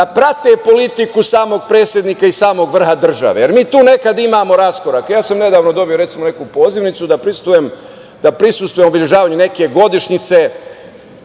da prate politiku samog predsednika i samog vrha države, jer mi tu nekada imamo raskorak. Nedavno sam dobio neku pozivnicu da prisustvujem obeležavanju neke godišnjice,